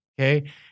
okay